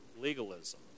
legalism